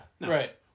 right